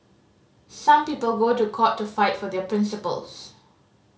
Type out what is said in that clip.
some people go to court to fight for their principles